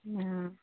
ആ